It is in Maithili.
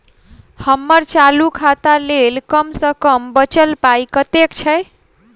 हम्मर चालू खाता लेल कम सँ कम बचल पाइ कतेक छै?